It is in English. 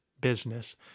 business